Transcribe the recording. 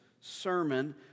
sermon